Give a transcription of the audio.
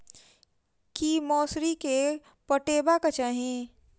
की मौसरी केँ पटेबाक चाहि?